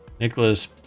Nicholas